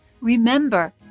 Remember